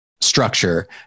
structure